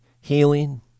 healing